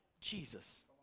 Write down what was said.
Jesus